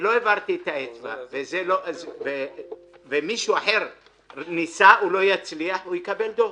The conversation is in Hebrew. אם לא העברתי את האצבע ומישהו אחר ניסה הוא לא יצליח והוא יקבל דוח.